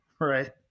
right